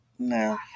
No